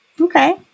Okay